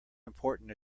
important